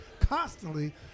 constantly